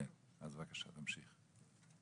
כן, אז בבקשה, תמשיך.